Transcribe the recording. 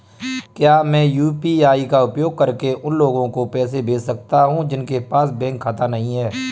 क्या मैं यू.पी.आई का उपयोग करके उन लोगों को पैसे भेज सकता हूँ जिनके पास बैंक खाता नहीं है?